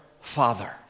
father